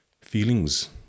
Feelings